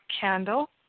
candle